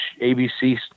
ABC